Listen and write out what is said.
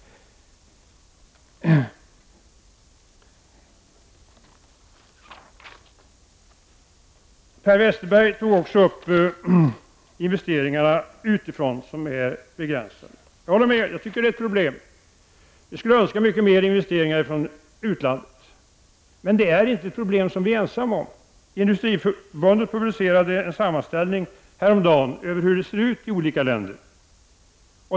Per Westerberg kommenterade också frågan om investeringar utifrån, vilka är begränsade. Jag håller med honom om att det är ett problem. Vi önskar mycket mer investeringar från utlandet. Det är emelllertid inte ett problem som vi är ensamma om. Industriförbundet publicerade häromdagen en sammanställning över hur det ser ut i olika länder.